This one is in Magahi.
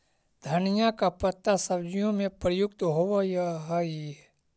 धनिया का पत्ता सब्जियों में प्रयुक्त होवअ हई